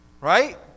Right